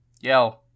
yo